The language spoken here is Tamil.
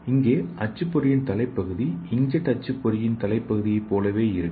இங்கே அச்சுப்பொறியின் தலைப்பகுதி இன்க் ஜெட் அச்சுப்பொறியின் தலைப்பகுதி போலவே இருக்கும்